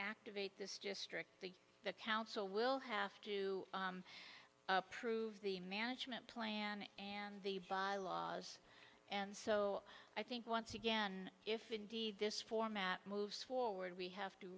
activate this just strictly the council will have to approve the management plan and the bylaws and so i think once again if indeed this format moves forward we have to